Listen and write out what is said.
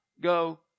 go